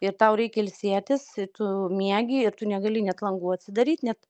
ir tau reikia ilsėtis tu miegi ir tu negali net langų atsidaryt net